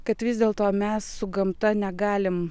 kad vis dėlto mes su gamta negalim